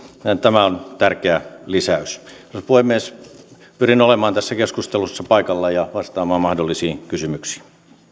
tämä on tärkeä lisäys arvoisa puhemies pyrin olemaan tässä keskustelussa paikalla ja vastaamaan mahdollisiin kysymyksiin